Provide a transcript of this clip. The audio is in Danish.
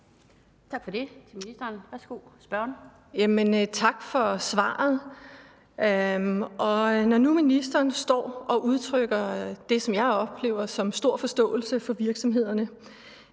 Kl. 16:00 Heidi Bank (V): Jamen tak for svaret. Når nu ministeren står og udtrykker det, som jeg oplever som stor forståelse for virksomhederne,